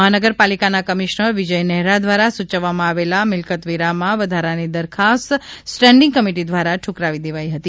મહાનગર પાલિકાના કમિશનર વિજય નેહરા દ્વારા સૂચવવામાં આવેલા મિલકત વેરામાં વધારાની દરખાસ્ત સ્ટેન્ડિંગ કમિટી દ્વારા ઠુકરાવી દેવાઈ હતી